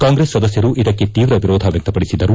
ಕಾಂಗ್ರೆಸ್ ಸದಸ್ಯರು ಇದಕ್ಕೆ ತೀವ್ರ ವಿರೋಧ ವ್ಹಕ್ತಪಡಿಸಿದರು